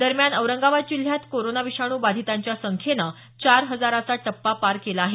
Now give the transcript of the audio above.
दरम्यान औरंगाबाद जिल्ह्यात कोरोना विषाणू बाधितांच्या संख्येनं चार हजाराचा टप्पा पार केला आहे